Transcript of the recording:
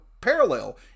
parallel